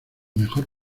mejor